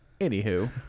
Anywho